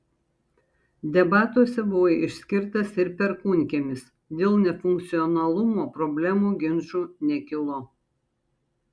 debatuose buvo išskirtas ir perkūnkiemis dėl nefunkcionalumo problemų ginčų nekilo